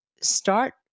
start